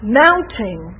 mounting